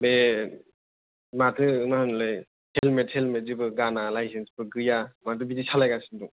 बे माथो मा होनोमोनलाय हेलमेट सेलमेट गाना लाइसेन्स बो गैया मानो बिदि सालायगासिनो दं